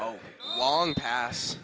oh long pass